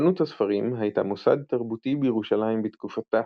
חנות הספרים הייתה מוסד תרבותי בירושלים בתקופתה,